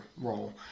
role